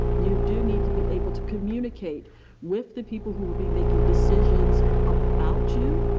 you do need to be able to communicate with the people who will be making decisions about you,